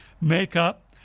makeup